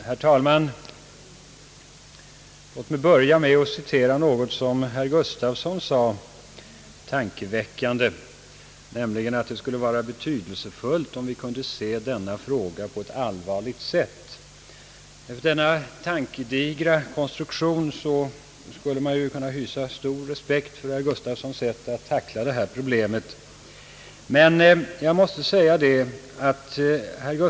Herr talman! Låt mig börja med att hänvisa till ett »tankeväckande» uttalande av herr Gustafsson. Han hävdade att det skulle vara betydelsefullt om »vi kunde se på denna fråga på ett allvarligt sätt». Efter denna tankedigra reflexion skulle man ju kunna hysa stor respekt för herr Gustafssons sätt att an gripa detta problem. Men herr Gustafsson låter sig inte åtnöjas härmed.